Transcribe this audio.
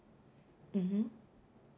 mmhmm